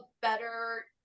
better